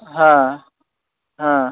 হ্যাঁ হ্যাঁ